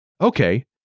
Okay